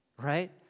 right